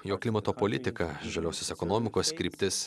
jog klimato politika žaliosios ekonomikos kryptis